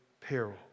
peril